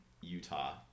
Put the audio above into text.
Utah